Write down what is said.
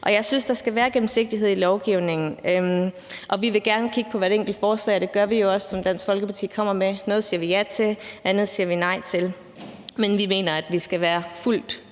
Jeg synes, at der skal være gennemsigtighed i lovgivningen. Og vi vil gerne kigge på hvert enkelt forslag, som Dansk Folkeparti kommer med, og det gør vi jo også. Noget siger vi ja til, og andet siger vi nej til. Men vi mener, at vi skal være fuldt